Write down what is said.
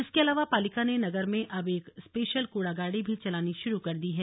इसके अलावा पालिका ने नगर में अब एक स्पेशल कूड़ागाड़ी भी चलानी शुरू कर दी है